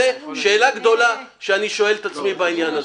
זו שאלה גדולה שאני שואל את עצמי בעניין הזה.